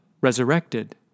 resurrected